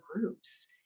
groups